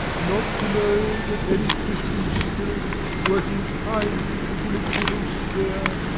not to know that any christian spirit working kindly in its little sphere,